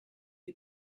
you